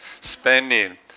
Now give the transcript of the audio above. Spending